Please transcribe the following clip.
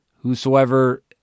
Whosoever